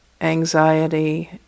anxiety